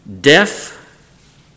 deaf